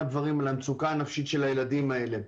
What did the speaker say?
דברים על המצוקה הנפשית של הילדים האלה.